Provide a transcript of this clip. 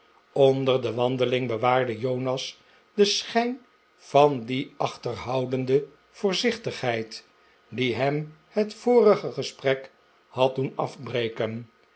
onder de wandeling bewaarde jonas den schijn van die achterhoudende voorzichtigheid die hem het vorige gesprek had doen afbreken